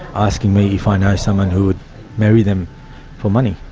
asking me if i know someone who would marry them for money.